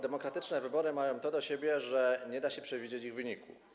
Demokratyczne wybory mają to do siebie, że nie da się przewidzieć ich wyniku.